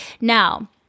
Now